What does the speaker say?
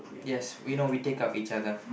yes we know we take care of each other